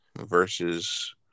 versus